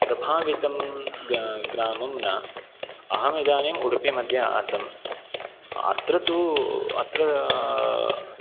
प्रभावितं ग ग्रामं न अहमिदानीम् उडुपिमध्ये आसम् अत्र तु अत्र